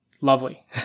lovely